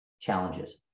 challenges